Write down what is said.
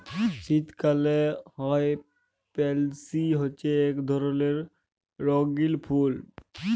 শীতকালে হ্যয় পেলসি হছে ইক ধরলের রঙ্গিল ফুল